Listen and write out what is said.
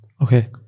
Okay